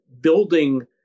building